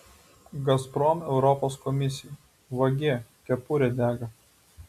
gazprom europos komisijai vagie kepurė dega